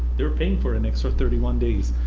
they were paying for an extra thirty one days.